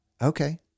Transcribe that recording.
Okay